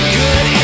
good